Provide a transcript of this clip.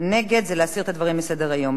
נגד זה להסיר את הדברים מסדר-היום.